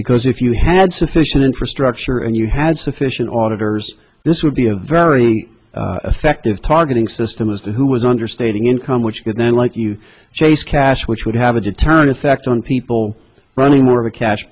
because if you had sufficient infrastructure and you had sufficient auditor's this would be a very effect targeting system is that who was understating income which would then let you chase cash which would have a deterrent effect on people running more of a cash